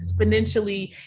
exponentially